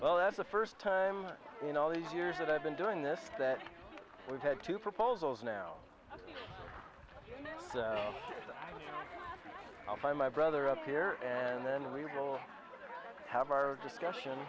well that's the first time in all these years that i've been doing this that we've had two proposals now by my brother up here and then we will have our discussion